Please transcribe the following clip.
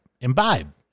imbibe